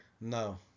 No